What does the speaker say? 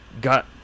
Got